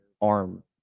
arm